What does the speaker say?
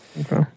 Okay